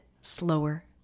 slower